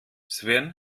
sven